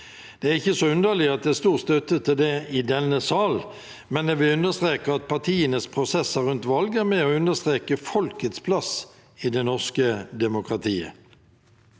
Det er ikke så underlig at det er stor støtte til det i denne sal, men jeg vil understreke at partienes prosesser rundt valg er med på å understreke folkets plass i det norske demokratiet.